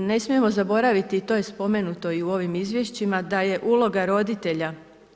Ne smijemo zaboraviti i to je spomenuto u ovim izvješćima, da je uloga roditelja,